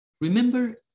Remember